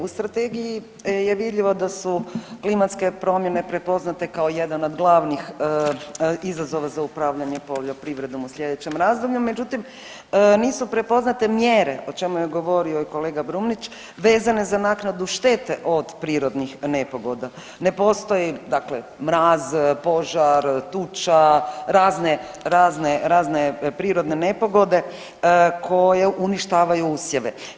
U strategiji je vidljivo da su klimatske promjene prepoznate kao jedan od glavnih izazova za upravljanje poljoprivredom u sljedećem razdoblju, međutim nisu prepoznate mjere o čemu je govorio i kolega Brumnić vezane za naknadu štete od prirodnih nepogoda, ne postoji dakle mraz, požar, tuča, razne prirodne nepogode koje uništavaju usjeve.